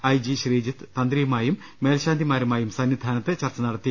I G Sreejith തന്ത്രിയുമായും മേൽശാന്തിമാരുമായും സന്നിധാനത്ത് ചർച്ച നട ത്തി